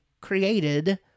created